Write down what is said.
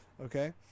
okay